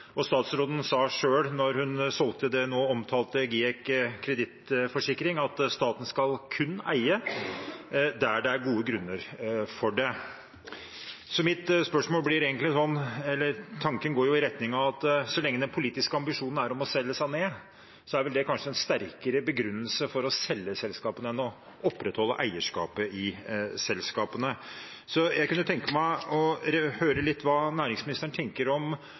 og statsråden sa selv da hun solgte det nå omtalte GIEK Kredittforsikring, at staten kun skal eie der det er gode grunner for det. Tanken går jo i retning av at så lenge den politiske ambisjonen er å selge seg ned, er det kanskje en sterkere begrunnelse for å selge selskapene enn å opprettholde eierskapet i selskapene. Så jeg kunne tenke meg å høre hva næringsministeren tenker om